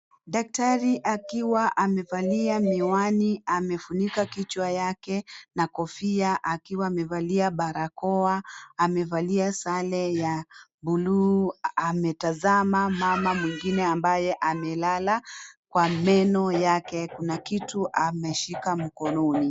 Daktari akiwa amevalia miwani amefunika kichwa yake na kofia akiwa amevalia barakoa, amevalia sare ya bluu, ametazama mama mwingine ambaye amelala kwa meno yake. Kuna kitu amemshika mkononi.